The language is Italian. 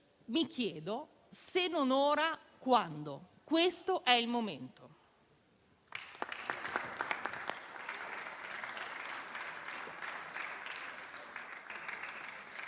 mi chiedo: se non ora, quando? Questo è il momento.